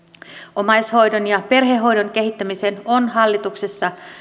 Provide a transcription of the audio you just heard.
omaishoidon ja perhehoidon kehittämiseen on